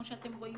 כמו שאתם רואים,